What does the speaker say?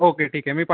okay ठीक आहे मी पा